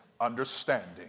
understanding